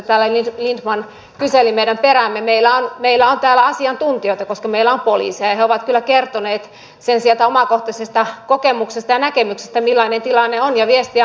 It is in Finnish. täällä lindtman kyseli meidän peräämme meillä on täällä asiantuntijoita koska meillä on poliiseja ja he ovat kyllä kertoneet sieltä omakohtaisesta kokemuksesta ja näkemyksestä sen millainen tilanne on ja viestejä on kuultu